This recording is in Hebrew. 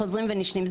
חוזרים ונשנים.